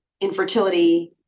infertility